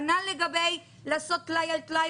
כנ"ל לגבי עשיית טלאי על טלאי